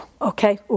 Okay